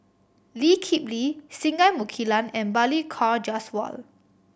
Lee Kip Lee Singai Mukilan and Balli Kaur Jaswal